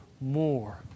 more